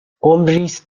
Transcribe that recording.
ﻋﻤﺮﯾﺴﺖ